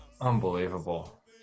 Unbelievable